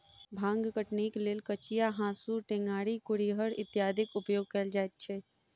भांग कटनीक लेल कचिया, हाँसू, टेंगारी, कुरिहर इत्यादिक उपयोग कयल जाइत छै